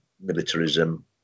militarism